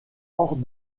hors